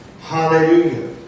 Hallelujah